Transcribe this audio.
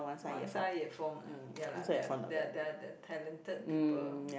ah ya lah they're they're they're they're talented people lor